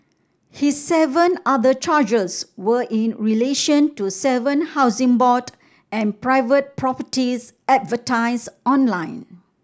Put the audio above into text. his seven other charges were in relation to seven Housing Board and private properties advertised online